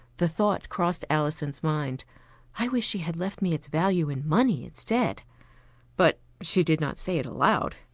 the thought crossed alison's mind i wish she had left me its value in money instead but she did not say it aloud.